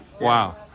Wow